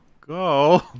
Go